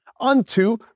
unto